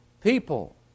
people